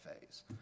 phase